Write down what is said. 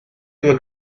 due